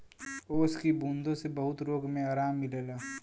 ओस की बूँदो से बहुत रोग मे आराम मिलेला